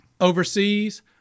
overseas